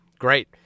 great